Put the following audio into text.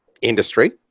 industry